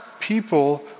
people